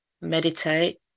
meditate